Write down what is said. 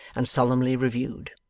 and solemnly reviewed.